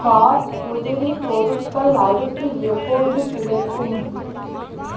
car உதிரி பொருட்கள் அடுத்து எப்பொழுது கிடைக்கும்